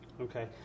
Okay